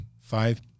five